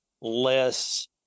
less